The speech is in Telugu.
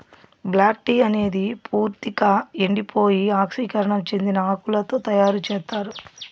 బ్లాక్ టీ అనేది పూర్తిక ఎండిపోయి ఆక్సీకరణం చెందిన ఆకులతో తయారు చేత్తారు